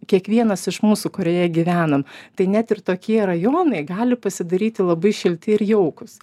kiekvienas iš mūsų kurioje gyvenam tai net ir tokie rajonai gali pasidaryti labai šilti ir jaukūs